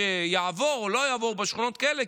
שיעבור או לא יעבור בשכונות כאלה,